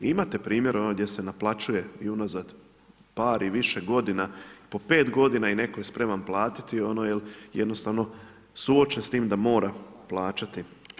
Imate primjer ono gdje se naplaćuje i unazad par i više godina po pet godina i netko je spreman platiti, jer jednostavno suočen s tim da mora plaćati.